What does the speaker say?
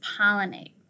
pollinate